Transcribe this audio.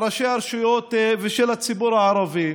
מאוד, ולעלות את זה ל-36